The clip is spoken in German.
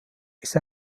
ist